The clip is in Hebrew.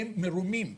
הם מרומים,